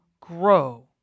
grow